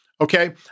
Okay